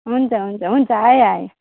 हुन्छ हुन्छ हुन्छ आएँ आएँ